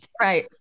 right